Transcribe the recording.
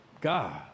God